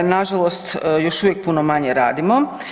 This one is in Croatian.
Nažalost još uvijek puno manje radimo.